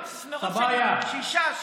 שישה.